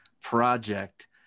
project